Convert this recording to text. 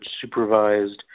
supervised